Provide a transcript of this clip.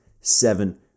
seven